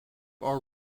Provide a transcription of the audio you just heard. are